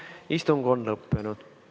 Istung on lõppenud.